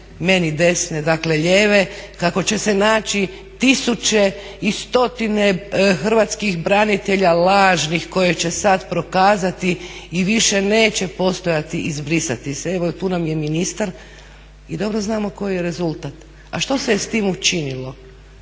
meni desne, dakle lijeve, kako će se naći tisuće i stotine hrvatskih branitelja lažnih koje će sada prokazati i više neće postojati, izbrisati se. Evo tu nam je ministar i dobro znamo koji je rezultat. A što se s tim učinilo?